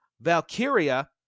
Valkyria